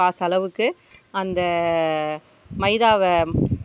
காசளவுக்கு அந்த மைதாவை